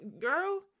girl